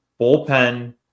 bullpen –